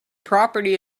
property